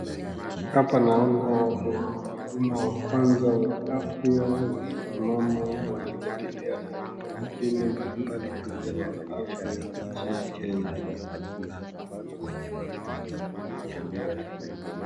Hapa naona wahudumu wa kwanza wa afya wakisimama wanajadiliana mambo zingine mbalimbali kulingana na afya nchini Kenya.